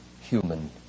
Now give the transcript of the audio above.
human